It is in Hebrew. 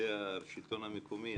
אנשי השלטון המקומי,